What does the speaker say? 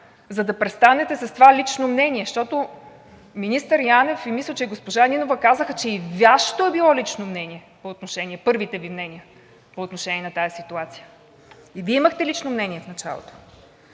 за да престанете с това лично мнение. Защото министър Янев и мисля, че и госпожа Нинова казаха, че и Вашето е било лично мнение, първите Ви мнения, по отношение на тази ситуация. И Вие имахте лично мнение в началото.